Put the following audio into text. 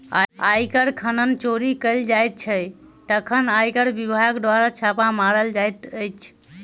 आयकर जखन चोरी कयल जाइत छै, तखन आयकर विभाग द्वारा छापा मारल जाइत अछि